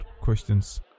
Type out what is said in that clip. questions